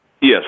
Yes